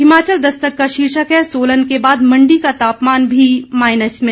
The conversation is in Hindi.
हिमाचल दस्तक का शीर्षक है सोलन के बाद मंडी का तापमान भी माइनस में